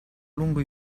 lungo